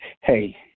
Hey